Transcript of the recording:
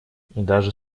даже